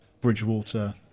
Bridgewater